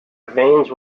veins